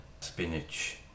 spinach